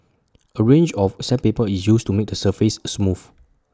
A range of sandpaper is used to make the surface smooth